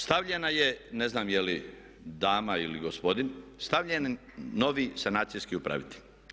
Stavljena je, ne znam je li dama ili gospodin, stavljen novi sanacijski upravitelj.